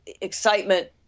excitement